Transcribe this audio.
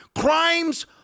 Crimes